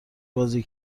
بازی